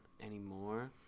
anymore